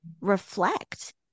reflect